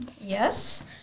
Yes